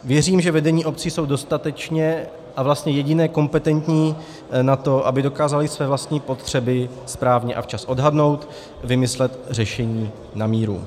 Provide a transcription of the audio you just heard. Věřím, že vedení obcí jsou dostatečně, a vlastně jediní, kompetentní na to, aby dokázali své vlastní potřeby správně a včas odhadnout a vymyslet řešení na míru.